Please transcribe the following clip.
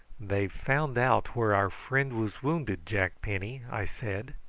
they've found out where our friend was wounded, jack penny, i said.